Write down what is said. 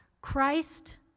Christ